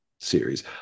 series